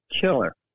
killer